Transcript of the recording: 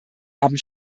haben